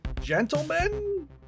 gentlemen